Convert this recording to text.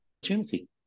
opportunity